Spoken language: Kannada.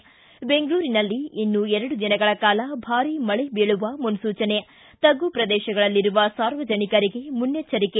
ಿ ಬೆಂಗಳೂರಿನಲ್ಲಿ ಇನ್ನೂ ಎರಡು ದಿನಗಳ ಕಾಲ ಭಾರೀ ಮಳೆ ಬೀಳುವ ಮನ್ನೂಚನೆ ತಗ್ಗು ಪ್ರದೇಶಗಳಲ್ಲಿರುವ ಸಾರ್ವಜನಿಕರಿಗೆ ಮುನೈಚರಿಕೆ